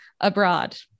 abroad